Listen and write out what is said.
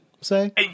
say